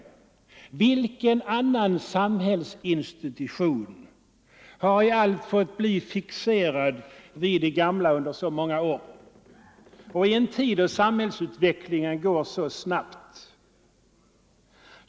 113 Vilken annan samhällsinstitution har i allt fått bli fixerad vid det gamla under så många år och i en tid då samhällsutvecklingen går så snabbt?